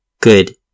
good